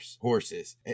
horses